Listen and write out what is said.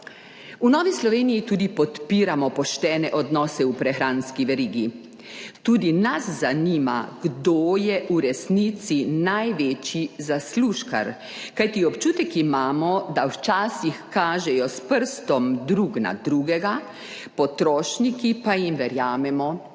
V Novi Sloveniji tudi podpiramo poštene odnose v prehranski verigi. Tudi nas zanima, kdo je v resnici največji zaslužkar, kajti občutek imamo, da včasih kažejo s prstom drug na drugega, potrošniki pa jim verjamemo